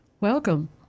Welcome